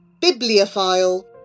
Bibliophile